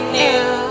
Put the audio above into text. new